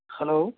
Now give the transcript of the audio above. hello